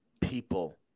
people